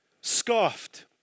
scoffed